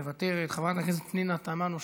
מוותרת, חברת הכנסת פנינה תמנו,